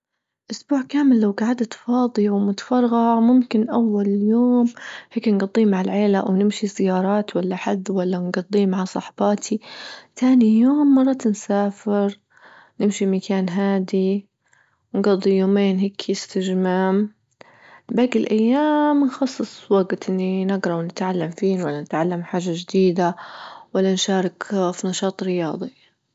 أسبوع كامل لو جعدت فاضية ومتفرغة ممكن أول يوم هيك نجضيه مع العيلة أو نمشي زيارات ولا حد ولا نجضيه مع صاحباتي، تاني يوم مرة تنسافر نمشي مكان هادي نجضي يومين هيكى استجمام، باجي الأيام نخصص وجت إني نجرا ونتعلم فيه ولا نتعلم حاجة جديدة ولا نشارك في نشاط رياضي.